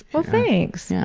well thanks. yeah